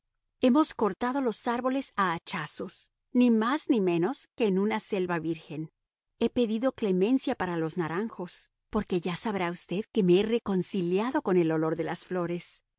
hemos cortado los árboles a hachazos ni más ni menos que en una selva virgen he pedido clemencia para los naranjos porque ya sabrá usted que me he reconciliado con el olor de las flores